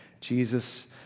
Jesus